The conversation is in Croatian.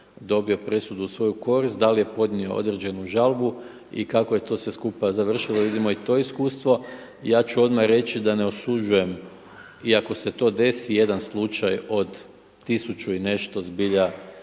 dobio presudu u svoju korist, da li je podnio određenu žalbu i kako je sve to skupa završilo da vidimo i to iskustvo. Ja ću odmah reći da ne osuđujem i ako se to desi jedan slučaj od tisuću i nešto, zbilja